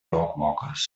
dogwalkers